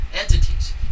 entities